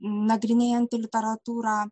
nagrinėjanti literatūrą